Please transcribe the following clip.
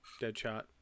Deadshot